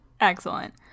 Excellent